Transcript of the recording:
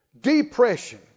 depression